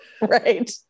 right